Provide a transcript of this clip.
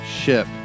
ship